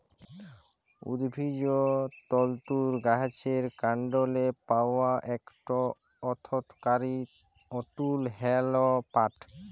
উদ্ভিজ্জ তলতুর গাহাচের কাল্ডলে পাউয়া ইকট অথ্থকারি তলতু হ্যল পাট